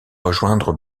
rejoindre